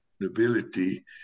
nobility